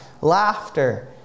laughter